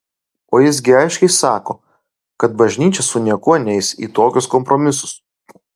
o jis gi aiškiai sako kad bažnyčia su niekuo neis į tokius kompromisus